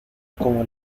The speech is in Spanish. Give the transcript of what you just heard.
como